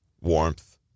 warmth